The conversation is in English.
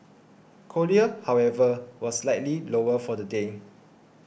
cochlear however was slightly lower for the day